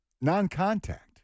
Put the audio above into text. non-contact